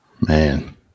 Man